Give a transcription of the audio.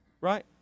right